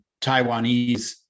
taiwanese